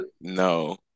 no